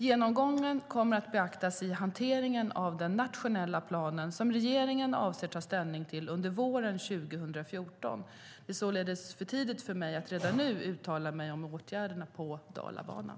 Genomgången kommer att beaktas i hanteringen av den nationella plan som regeringen avser att ta ställning till under våren 2014. Det är således för tidigt för mig att redan nu uttala mig om åtgärder på Dalabanan.